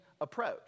approach